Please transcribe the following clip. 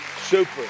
Super